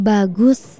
Bagus